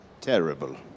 terrible